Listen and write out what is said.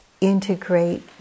integrate